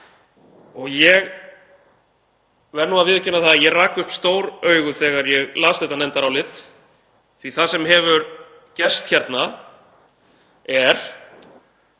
Ég verð nú að viðurkenna það að ég rak upp stór augu þegar ég las þetta nefndarálit því að það sem hefur gerst hérna er